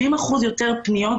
70% יותר פניות.